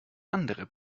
andere